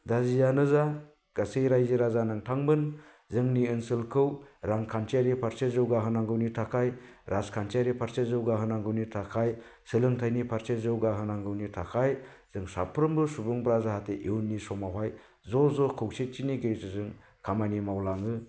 दा जियानो जा गासै रायजो राजा नोंथांमोन जोंनि ओनसोलखौ रांखान्थियारि फारसे जौगाहोनांगौनि थाखाय राजखान्थियारि फारसे जौगाहोनांगौनि थाखाय सोलोंथायनि फारसे जौगाहोनांगौनि थाखाय जों साफ्रोमबो सुबुंफ्रा जाहाथे इयुननि समावहाय ज' ज' खौसेथिनि गेजेरजों खामानि मावलाङो